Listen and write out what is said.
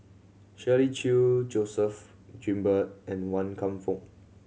Shirley Chew Joseph Grimberg and Wan Kam Fook